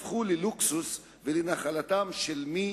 הפכו ללוקסוס ולנחלתם של מי